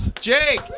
Jake